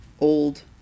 Old